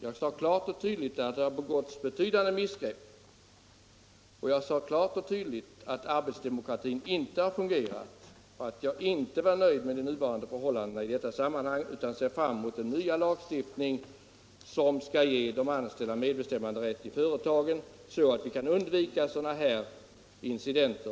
Jag sade klart och tydligt att det har gjorts missgrepp, att arbetsdemokratin inte har fungerat och att jag inte är nöjd med de nuvarande förhållandena i detta sammanhang utan ser fram emot den nya lagstiftning som skall ge de anställda medbestämmanderätt i företagen så att vi i framtiden kan undvika sådana här incidenter.